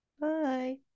Bye